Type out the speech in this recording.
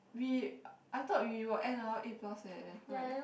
we I thought we will end around eight plus eh right